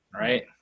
right